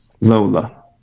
Lola